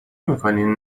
میکنین